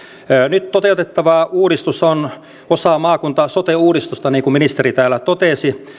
nyt toteutettava uudistus on osa maakunta sote uudistusta niin kuin ministeri täällä totesi